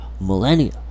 millennia